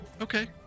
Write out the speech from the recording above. Okay